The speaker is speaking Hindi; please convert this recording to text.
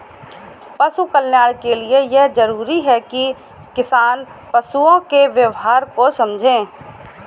पशु कल्याण के लिए यह जरूरी है कि किसान पशुओं के व्यवहार को समझे